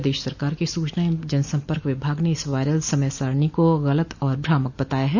प्रदेश सरकार के सूचना एवं जनसम्पर्क विभाग ने इस वायरल समय सारिणी को गलत और भ्रामक बताया है